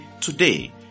today